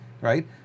Right